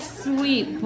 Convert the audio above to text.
sweet